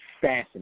fascinating